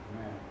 Amen